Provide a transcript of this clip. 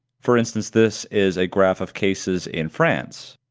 for instance, this is a graph of cases in france,